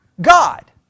God